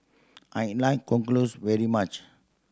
I like close very much